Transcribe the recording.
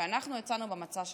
שאנחנו הצענו במצע שלנו.